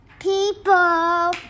people